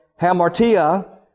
hamartia